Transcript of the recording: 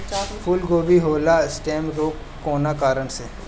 फूलगोभी में होला स्टेम रोग कौना कारण से?